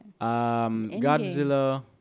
Godzilla